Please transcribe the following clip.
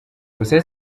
gusa